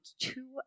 two